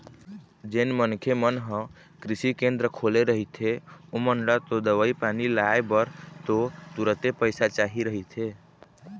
जेन मनखे मन ह कृषि केंद्र खोले रहिथे ओमन ल तो दवई पानी लाय बर तो तुरते पइसा चाही रहिथे